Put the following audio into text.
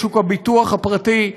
את שוק הביטוח הפרטי,